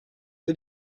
wir